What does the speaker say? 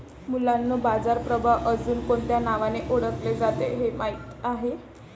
मुलांनो बाजार प्रभाव अजुन कोणत्या नावाने ओढकले जाते हे माहित आहे?